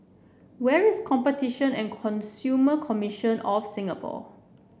where is Competition and Consumer Commission of Singapore